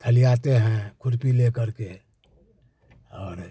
खलीआते हैं खुरपी ले करके और